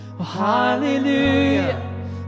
Hallelujah